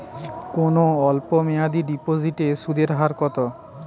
কোন অল্প মেয়াদি ডিপোজিটের সুদের হার বেশি?